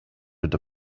need